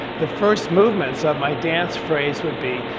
the first movements of my dance phrase would be.